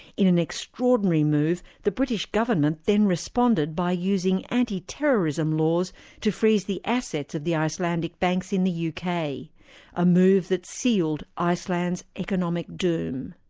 in an extraordinary move, the british government then responded by using anti-terrorism laws to freeze the assets of the icelandic banks in the yeah uk, a ah move that sealed iceland's economic doom.